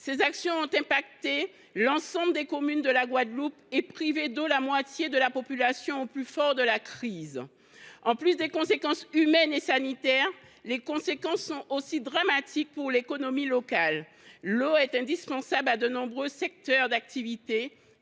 Ces actions ont touché l’ensemble des communes de la Guadeloupe et privé d’eau la moitié de la population au plus fort de la crise. En plus des conséquences humaines et sanitaires, l’effet est dramatique pour l’économie locale. L’eau est indispensable à de nombreux secteurs d’activité